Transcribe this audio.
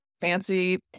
fancy